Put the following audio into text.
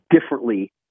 differently